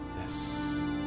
yes